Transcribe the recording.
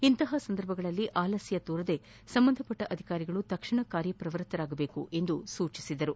ಇಂತಹ ಸಂದರ್ಭದಲ್ಲಿ ಆಲಸ್ಟ ತೋರದೆ ಸಂಬಂಧಿಸಿದ ಅಧಿಕಾರಿಗಳು ತಕ್ಷಣ ಕಾರ್ಯಪ್ರವೃತ್ತರಾಗಬೇಕು ಎಂದು ಹೇಳಿದರು